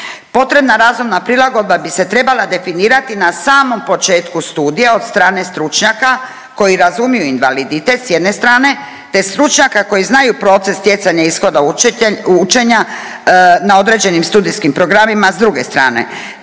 Potrebna razumna prilagodba bi se trebala definirati na samom početku studija od strane stručnjaka koji razumiju invaliditet s jedne strane, te stručnjaka koji znaju proces stjecanja ishoda učenja na određenim studijskim programima s druge strane.